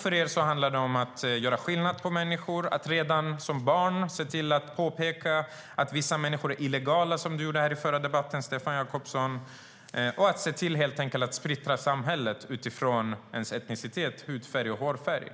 För er handlar det om att göra skillnad på människor, att påpeka att vissa människor redan som barn är illegala, som Stefan Jakobsson gjorde i den förra debatten, och att se till att splittra samhället utifrån etnicitet, hudfärg och hårfärg.